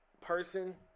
person